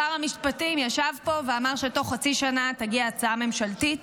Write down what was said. שר המשפטים ישב פה ואמר שתוך חצי שנה תגיע הצעה ממשלתית.